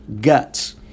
guts